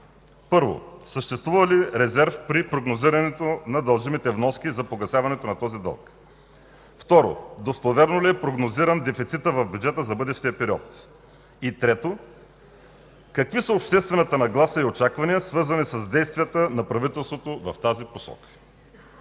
Първо, съществува ли резерв при прогнозирането на дължимите вноски за погасяването на този дълг? Второ, достоверно ли е прогнозиран дефицитът в бюджета за бъдещия период? И трето, какви са обществената нагласа и очаквания, свързани с действията на правителството в тази посока?